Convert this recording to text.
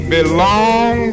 belong